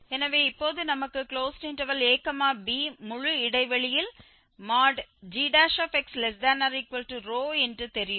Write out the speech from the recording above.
எனவே இப்போது நமக்கு ab முழு இடைவெளியில் gx≤ρ என்று தெரியும்